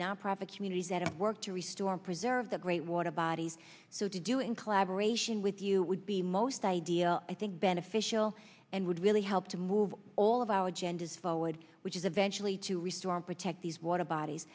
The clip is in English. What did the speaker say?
nonprofit communities that are work to restore preserve the great water bodies so to do in collaboration with you would be most ideal i think beneficial and would really help to move all of our agendas forward which is eventual need to restore and protect these water bodies